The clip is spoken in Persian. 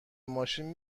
ماشین